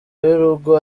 y’urugo